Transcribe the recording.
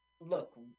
Look